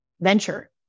venture